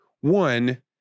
one